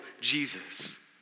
Jesus